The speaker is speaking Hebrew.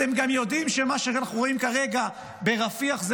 אתם גם יודעים שמה שאנחנו רואים כרגע ברפיח זה